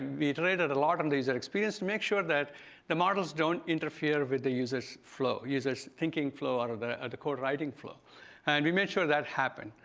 we iterated a lot on the user experience to make sure that the models don't interfere with the user's flow, users thinking flow or the or the code writing flow and we made sure that happen,